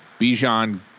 Bijan